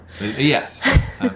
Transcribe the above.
Yes